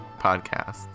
podcasts